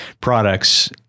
products